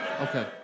okay